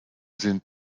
sind